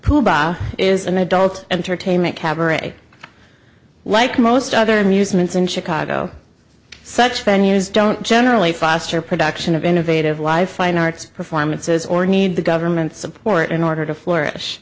poo bah is an adult entertainment cabaret like most other amusements in chicago such venues don't generally foster production of innovative life fine arts performances or need the government support in order to flourish